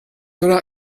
were